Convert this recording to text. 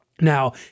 Now